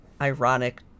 ironic